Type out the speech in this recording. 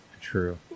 True